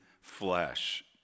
flesh